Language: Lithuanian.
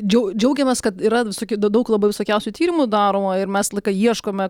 džiau džiaugiamės kad yra visokių daug labai visokiausių tyrimų daroma ir mes laiką ieškome